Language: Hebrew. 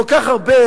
כל כך הרבה,